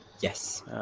Yes